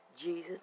Jesus